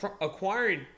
acquiring